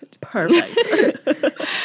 Perfect